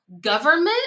government